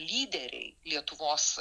lyderiai lietuvos